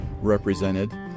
represented